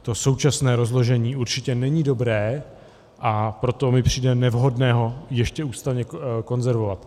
To současné rozložení určitě není dobré, a proto mi přijde nevhodné ho ještě ústavně konzervovat.